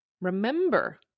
Remember